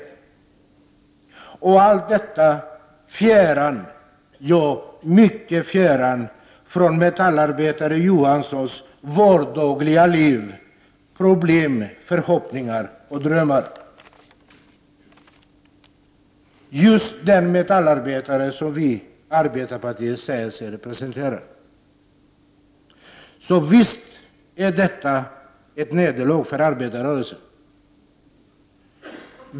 Och allt detta ligger fjärran — ja, mycket fjärran — från metallarbetare Johanssons vardagliga liv, problem, förhoppningar och drömmar. Det är just den metallarbetaren som arbetarpartiet säger sig representera. Visst är detta ett nederlag för arbetarrörelsen.